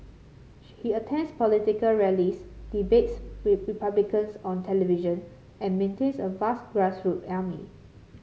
she attends political rallies debates Republicans on television and maintains a vast grassroots army